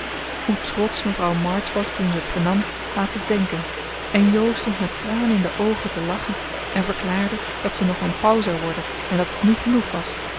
hoe trotsch mevrouw march was toen ze het vernam laat zich denken en jo stond met tranen in de oogen te lachen en verklaarde dat ze nog een pauw zou worden en dat het nu genoeg was